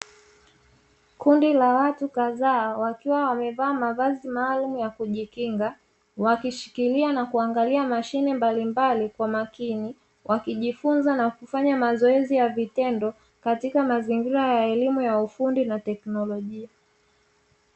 Kundi la watu kadhaa wakiwa wamevaa mavazi maalumu ya kujikinga wakishikilia mashine mbalimbali kwa makini, wakijifunza na kufanya mazoezi ya vitendo katika mazingira ya elimu ya ufundi na teknolojia.